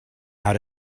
how